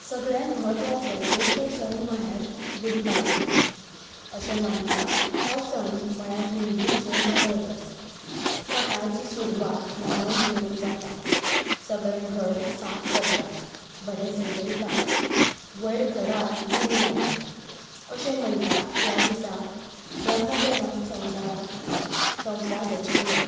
सगल्यांत महत्वाचो गोंयचो सण म्हळ्यार गुडीपाडवा अशें मानता हो सण म्हळ्यार हिंदूचें नवें वर्स सकाळची सुरवात न्हावून धुवन जाता सगलें घर साफ करता बरें सजयता वयर घराक गुडी लायता अशें म्हणटा ह्या दिसाक ब्रह्मदेवान संवसाराक संवसार रचिल्लो